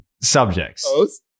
subjects